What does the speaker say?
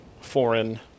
foreign